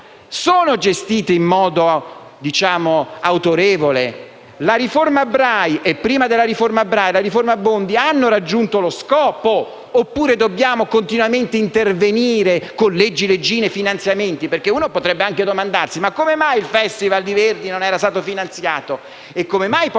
sono gestite in modo autorevole? La riforma Bray e, ancora prima, la riforma Bondi hanno raggiunto lo scopo oppure dobbiamo continuamente intervenire con leggi, leggine e finanziamenti? Uno infatti potrebbe anche domandarsi: come mai il Festival Verdi non era stato finanziato? E come mai poi la copertura